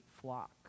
flock